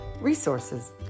Resources